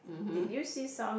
did you see some